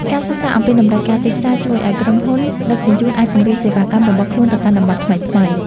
ការសិក្សាអំពីតម្រូវការទីផ្សារជួយឱ្យក្រុមហ៊ុនដឹកជញ្ជូនអាចពង្រីកសេវាកម្មរបស់ខ្លួនទៅកាន់តំបន់ថ្មីៗ។